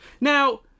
Now